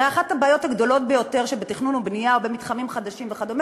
הרי אחת הבעיות הגדולות ביותר בתכנון ובבנייה של מתחמים חדשים וכדומה,